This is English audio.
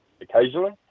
occasionally